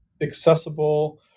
accessible